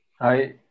Hi